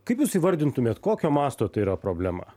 kaip jūs įvardintumėt kokio masto tai yra problema